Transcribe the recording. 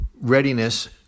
readiness